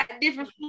different